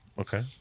Okay